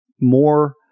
more